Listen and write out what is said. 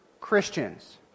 Christians